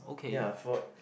ya for